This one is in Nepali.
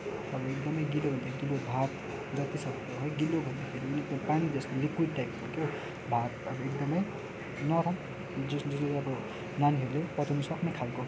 अब एकदमै गिलोभन्दा गिलो भात जतिसक्दो गिलोभन्दा गिलो पानीजस्तो लिक्विड टाइपको के हो भात अब एकदमै नरम जसले चाहिँ अब नानीहरूले पचाउनसक्ने खालको